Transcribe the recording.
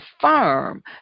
firm